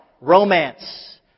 romance